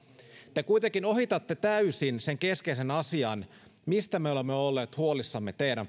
te kuitenkin ohitatte täysin sen keskeisen asian mistä me olemme olleet huolissamme teidän